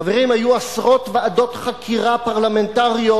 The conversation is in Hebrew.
חברים, היו עשרות ועדות חקירה פרלמנטריות,